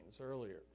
earlier